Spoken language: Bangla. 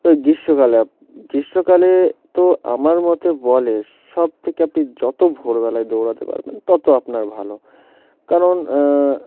ওই গ্রীষ্মকালে গ্রীষ্মকালে তো আমার মতে বলে সবথেকে আপনি যত ভোরবেলায় দৌড়াতে পারবেন তত আপনার ভালো কারণ